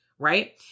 Right